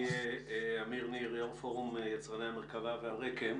עמיר ניר, יו"ר פורום יצרני המרכבה והרק"ם,